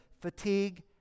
fatigue